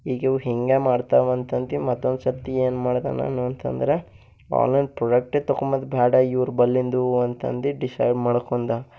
ಈಗ ಇವು ಹಿಂಗೆ ಮಾಡ್ತಾವಂತಂತ ಮತ್ತೊಂದು ಸರ್ತಿ ಏನ್ಮಾಡ್ದೆ ನಾನು ಅಂತಂದರೆ ಆನ್ಲೈನ್ ಪ್ರೊಡಕ್ಟೆ ತಗೊಂಬೊದ್ ಭ್ಯಾಡ ಇವ್ರ ಬಲ್ಲಿಂದೂ ಅಂತಂದು ಡಿಸೈಡ್ ಮಾಡ್ಕೊಂಡೆ